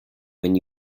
when